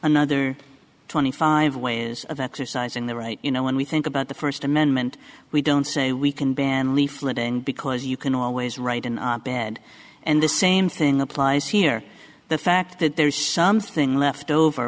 another twenty five ways of exercising the right you know when we think about the first amendment we don't say we can ban leafleting because you can always write in bed and the same thing applies here the fact that there is something left over